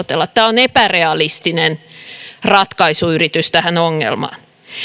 näistä neuvotella tämä on epärealistinen ratkaisuyritys tähän ongelmaan